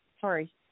Sorry